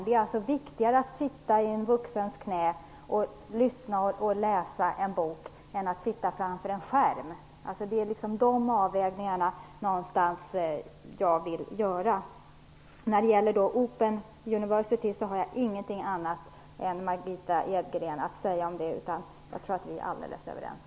Det är alltså viktigare att sitta i en vuxens knä, lyssna och läsa en bok än att sitta framför en skärm. Det är de avvägningarna jag vill göra. Om Open University har jag inget att tillägga, utan jag tror att vi är överens.